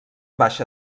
baixa